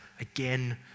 again